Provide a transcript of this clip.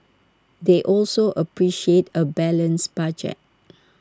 they also appreciate A balanced budget